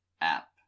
app